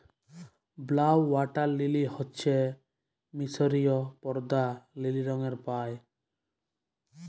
blue water lily হচ্যে মিসরীয় পদ্দা লিল রঙের পায়